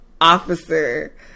officer